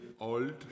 old